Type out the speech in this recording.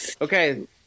Okay